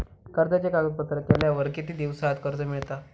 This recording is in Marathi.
कर्जाचे कागदपत्र केल्यावर किती दिवसात कर्ज मिळता?